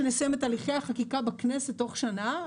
שנסיים את הליכי החקיקה בכנסת תוך שנה.